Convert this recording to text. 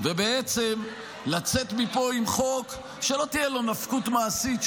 ובעצם לצאת מפה עם חוק שלא תהיה לו נפקות מעשית,